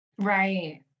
Right